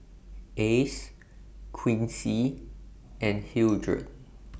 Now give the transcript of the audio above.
Ace Quincy and Hildred